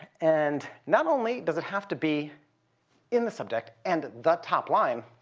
and not only does it have to be in the subject and the top line,